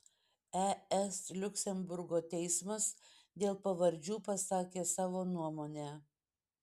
es liuksemburgo teismas dėl pavardžių pasakė savo nuomonę